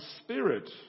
Spirit